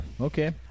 Okay